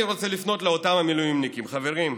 אני רוצה לפנות לאותם מילואימניקים: חברים,